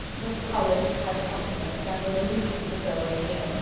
mr. collins had a compliment, and an allusion to throw in here,